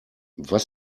was